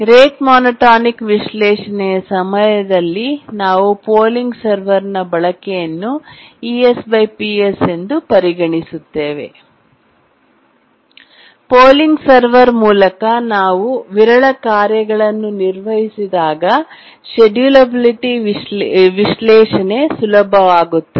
rate monotonic ವಿಶ್ಲೇಷಣೆಯ ಸಮಯದಲ್ಲಿ ನಾವು ಪೋಲಿಂಗ್ ಸರ್ವರ್ನ ಬಳಕೆಯನ್ನು ಎಂದು ಪರಿಗಣಿಸುತ್ತೇವೆ ಪೋಲಿಂಗ್ ಸರ್ವರ್ ಮೂಲಕ ನಾವು ವಿರಳ ಕಾರ್ಯಗಳನ್ನು ನಿರ್ವಹಿಸಿದಾಗ ಶೆಡ್ಯೂಲ್ ಅಬಿಲಿಟಿ ವಿಶ್ಲೇಷಣೆ ಸುಲಭವಾಗುತ್ತದೆ